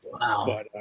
Wow